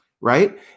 right